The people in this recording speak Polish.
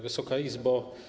Wysoka Izbo!